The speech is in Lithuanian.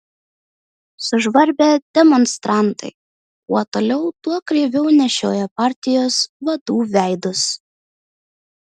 sužvarbę demonstrantai kuo toliau tuo kreiviau nešiojo partijos vadų veidus